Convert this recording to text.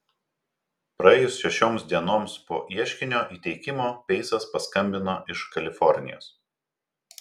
praėjus šešioms dienoms po ieškinio įteikimo peisas paskambino iš kalifornijos